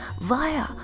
via